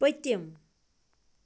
پٔتِم